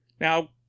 now